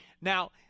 Now